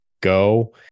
go